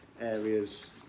Areas